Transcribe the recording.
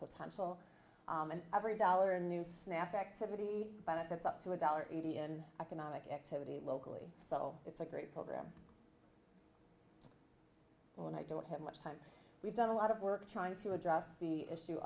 potential and every dollar in new snap activity benefits up to a dollar eighty in economic activity locally so it's a great program when i don't have much time we've done a lot of work trying to address the issue